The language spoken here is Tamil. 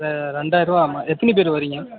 ரெண்டாயிரம் ரூபாமா எத்தனை பேர் வர்றீங்க